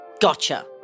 gotcha